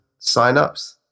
signups